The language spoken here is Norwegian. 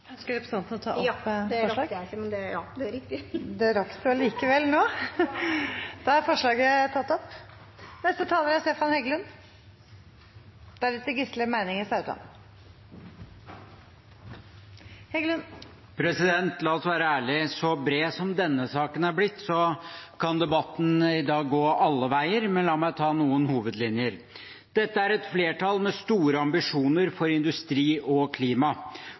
Ønsker representanten å ta opp forslag? Ja, jeg tar opp forslagene nr. 1–3, fra Arbeiderpartiet og Senterpartiet. Da har representanten Else-May Botten Norderhus tatt opp de forslagene hun viste til. La oss være ærlige – så bred som denne saken er blitt, kan debatten i dag gå alle veier. Men la meg ta noen hovedlinjer. Dette er et flertall med store ambisjoner for industri og klima.